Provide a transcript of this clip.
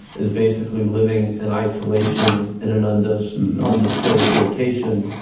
is basically living an isolation in an and an undisclosed location,